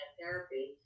therapy